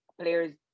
players